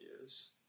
years